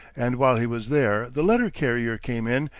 and while he was there the letter-carrier came in,